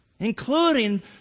including